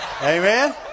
Amen